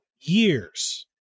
years